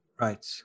Right